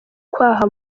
kwaha